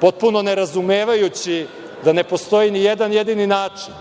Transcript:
potpuno ne razumevajući da ne postoji ni jedan jedini način